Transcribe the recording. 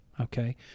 Okay